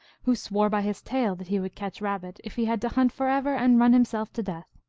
who swore by his tail that he would catch rabbit, if he had to hunt forever and run him self to death.